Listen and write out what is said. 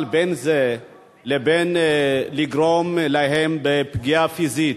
אבל בין זה לבין לגרום להם פגיעה פיזית,